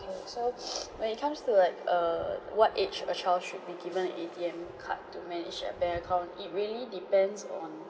so when it comes to like err what age a child should be given A_T_M card to manage uh their account it really depends on